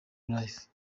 life